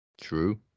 True